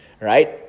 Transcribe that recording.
Right